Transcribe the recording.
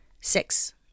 Six